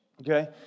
Okay